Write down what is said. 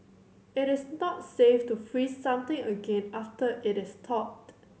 it is not safe to freeze something again after it is thawed